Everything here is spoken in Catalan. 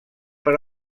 per